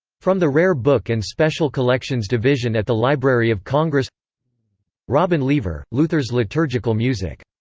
from the rare book and special collections division at the library of congress robin leaver luther's liturgical music